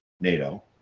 NATO